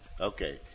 Okay